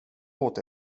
vårt